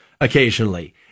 occasionally